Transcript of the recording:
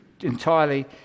entirely